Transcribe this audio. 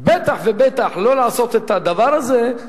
בטח ובטח לא לעשות את הדבר הזה,